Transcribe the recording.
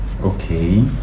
okay